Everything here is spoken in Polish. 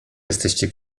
jesteście